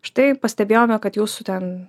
štai pastebėjome kad jūsų ten